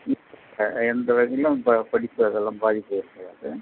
எந்த வகையிலும் ப படிப்பு அதெல்லாம் பாதிப்பு ஏற்படாது